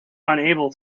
unable